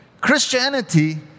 Christianity